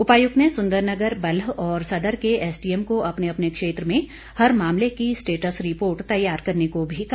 उपायुक्त ने सुन्दरनगर बल्ह और सदर के एसडीएम को अपने अपने क्षेत्र में हर मामले की स्टेट्स रिपोर्ट तैयार करने को भी कहा